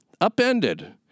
upended